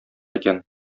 икән